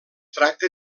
tracta